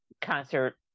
concert